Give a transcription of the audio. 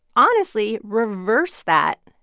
honestly, reverse that,